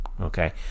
Okay